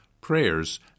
prayers